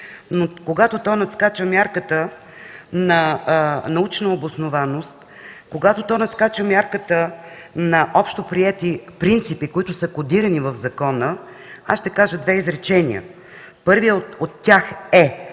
но когато се надскача мярката на научнообоснованото, когато се надскача мярката на общоприети принципи, кодирани в закона, ще кажа две изречения. Първото е,